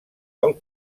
pel